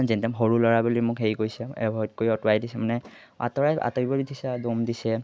যেন সৰু ল'ৰা বুলি মোক হেৰি কৰিছে এভইড কৰি আঁতৰাই দিছে মানে আঁতৰাই আঁতৰিব দিছে দ'ম দিছে